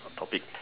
topic